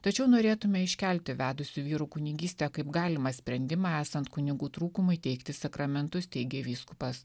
tačiau norėtume iškelti vedusių vyrų kunigystę kaip galimą sprendimą esant kunigų trūkumui teikti sakramentus teigė vyskupas